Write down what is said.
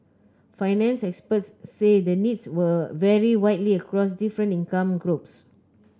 finance experts said the needs were vary widely across different income groups